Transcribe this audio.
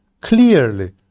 clearly